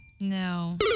No